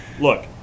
look